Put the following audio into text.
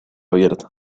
abierta